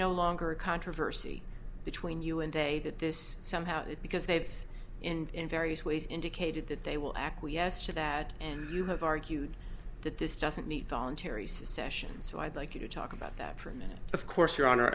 no longer a controversy between you and a that this somehow it because they've in various ways indicated that they will acquiesce to that and you have argued that this doesn't meet voluntary secession so i'd like you to talk about that for a minute of course your honor